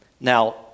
Now